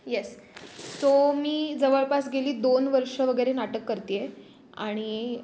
yes so मी जवळपास गेली दोन वर्षं वगैरे नाटक करते आहे आणि